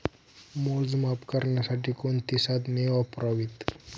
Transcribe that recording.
मोजमाप करण्यासाठी कोणती साधने वापरावीत?